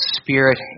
Spirit